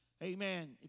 Amen